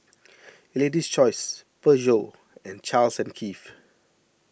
Lady's Choice Peugeot and Charles and Keith